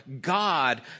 God